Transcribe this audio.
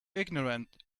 ignorant